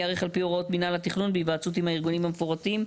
ייערך על פי הוראות מינהל התכנון בהיוועצות עם הארגונים המפורטים,